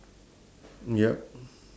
ya